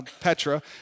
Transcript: Petra